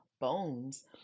bones